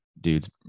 dudes